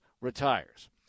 retires